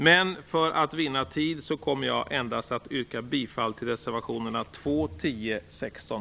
Men för att vinna tid yrkar jag endast bifall till reservationerna 2, 10, 16